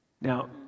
Now